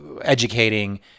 educating